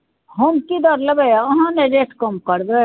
हम की दर लेबै अहाँ ने रेट कम करबै